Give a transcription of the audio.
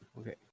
okay